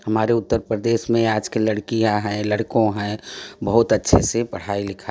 हमारे उत्तर प्रदेश में आज के लड़कियां हैँ लड़कों हैं बहुत अच्छे से पढ़ाई लिखाई